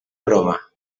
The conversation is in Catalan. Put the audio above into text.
broma